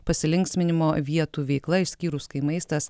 pasilinksminimo vietų veikla išskyrus kai maistas